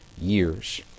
years